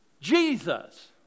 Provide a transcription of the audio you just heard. Jesus